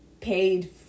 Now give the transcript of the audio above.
paid